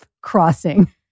crossing